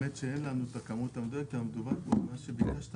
האמת שאין לנו הכמות המדויקת אבל מה שביקשת